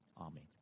Amen